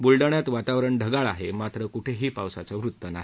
बुलडाण्यातवातावरण ढगाळ आहे मात्र पावसाचं वृत्त नाही